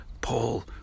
Paul